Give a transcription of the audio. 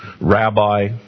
rabbi